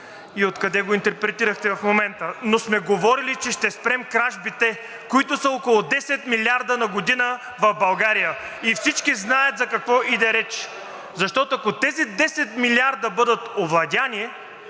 и откъде го интерпретирахте в момента? Но сме говорили, че ще спрем кражбите, които са около 10 милиарда на година в България, и всички знаят за какво иде реч. Защото, ако тези 10 милиарда бъдат овладени,